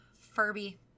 Furby